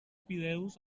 fideus